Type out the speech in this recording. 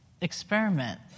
experiment